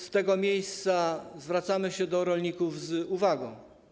Z tego miejsca zwracamy się do rolników z uwagą.